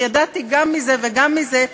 וידעתי גם מזה וגם מזה,